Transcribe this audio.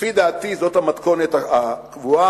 לפי דעתי זו המתכונת הקבועה.